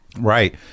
right